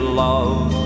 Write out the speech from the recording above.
love